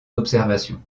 d’observation